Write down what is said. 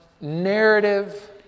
narrative